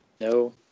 no